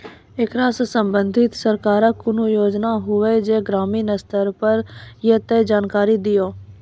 ऐकरा सऽ संबंधित सरकारक कूनू योजना होवे जे ग्रामीण स्तर पर ये तऽ जानकारी दियो?